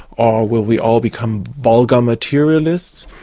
or will we all become vulgar materialists?